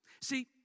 See